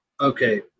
okay